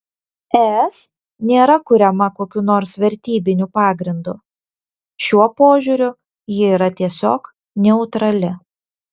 es nėra kuriama kokiu nors vertybiniu pagrindu šiuo požiūriu ji yra tiesiog neutrali